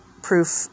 Proof